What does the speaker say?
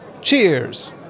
Cheers